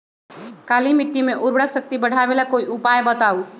काली मिट्टी में उर्वरक शक्ति बढ़ावे ला कोई उपाय बताउ?